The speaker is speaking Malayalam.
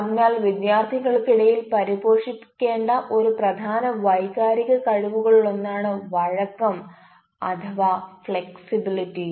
അതിനാൽ വിദ്യാർത്ഥികൾക്കിടയിൽ പരിപോഷിപ്പിക്കേണ്ട ഒരു പ്രധാന വൈകാരിക കഴിവുകളിൽ ഒന്നാണ് വഴക്കം അഥവാ ഫ്ലെക്സിബിലിറ്റി